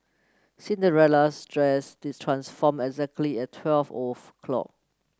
Cinderella's dress this transformed exactly at twelve of clock